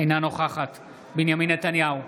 אינה נוכחת בנימין נתניהו,